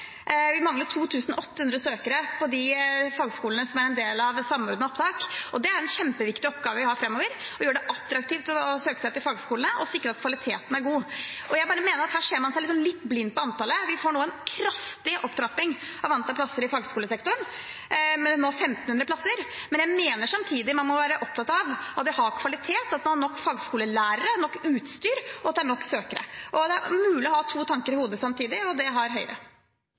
er å gjøre det attraktivt å søke seg til fagskolene og sikre at kvaliteten er god. Jeg mener at her ser man seg litt blind på antallet. Vi foretar nå en kraftig opptrapping av antall plasser i fagskolesektoren, med 1 500 plasser, men jeg mener samtidig man må være opptatt av at det har kvalitet, at man har nok fagskolelærere, nok utstyr, og at det er nok søkere. Det er mulig å ha to tanker i hodet samtidig, og det har Høyre.